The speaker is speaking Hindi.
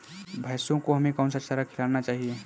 भैंसों को हमें कौन सा चारा खिलाना चाहिए?